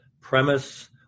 premise